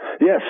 Yes